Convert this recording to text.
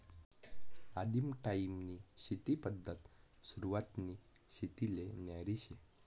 आदिम टायीमनी शेती पद्धत सुरवातनी शेतीले न्यारी शे